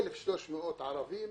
1,300 ערבים,